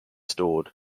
stored